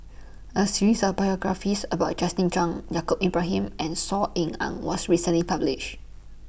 A series of biographies about Justin Zhuang Yaacob Ibrahim and Saw Ean Ang was recently published